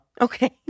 Okay